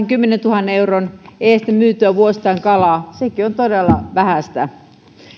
kymmenentuhannen euron edestä myytyä vuosittain kalaa on todella vähäistä